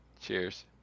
Cheers